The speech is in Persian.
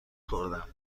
خوردم